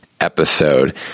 episode